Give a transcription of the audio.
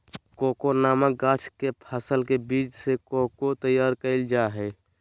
cocoa नामक गाछ के फल के बीज से कोको तैयार कइल जा हइ